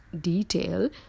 detail